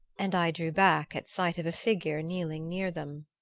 and i drew back at sight of a figure kneeling near them.